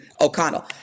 O'Connell